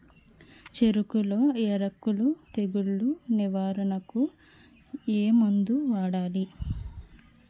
చెఱకులో ఎర్రకుళ్ళు తెగులు నివారణకు ఏ మందు వాడాలి?